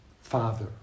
Father